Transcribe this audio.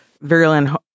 virulent